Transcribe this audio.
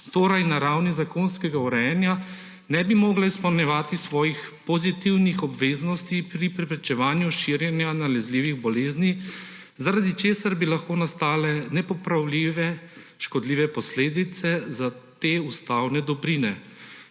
torej na ravni zakonskega urejanja, ne bi mogla izpolnjevati svojih pozitivnih obveznosti pri preprečevanju širjenja nalezljive bolezni, zaradi česar bi lahko nastale nepopravljive škodljive posledice za te ustavne dobrine,